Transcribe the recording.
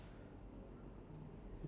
um